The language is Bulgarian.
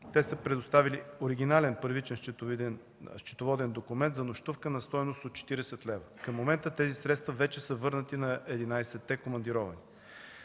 Те са предоставили оригинален първичен счетоводен документ за нощувка на стойност от 40 лв. Към момента тези средства вече са върнати на 11-те командировани.